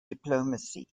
diplomacy